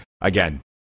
again